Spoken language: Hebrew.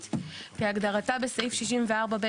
ואם לא,